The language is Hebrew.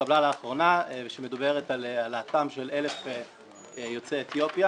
שהתקבלה לאחרונה ושמדברת על העלאתם של 1000 יוצאי אתיופיה.